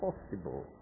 Possible